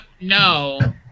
no